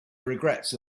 regrets